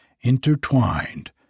intertwined